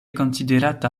konsiderata